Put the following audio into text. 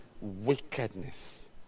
wickedness